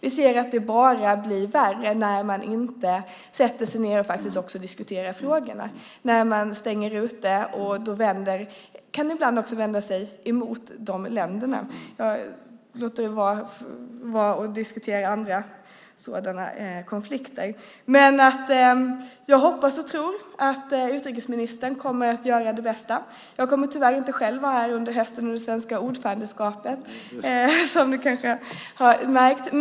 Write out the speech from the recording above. Vi ser att det bara blir värre när man inte sätter sig ned och diskuterar frågorna, när man stänger ute länder. Det kan ibland innebära att det vänds emot dessa länder. Jag hoppas och tror att utrikesministern kommer att göra det bästa möjliga. Jag kommer tyvärr inte att vara närvarande under det svenska ordförandeskapet, eftersom jag ska vara mammaledig.